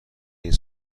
این